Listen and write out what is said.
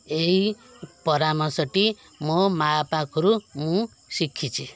ଏହି ପରାମର୍ଶଟି ମୋ ମାଆ ପାଖରୁ ମୁଁ ଶିଖିଛି